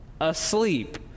asleep